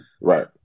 Right